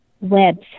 webs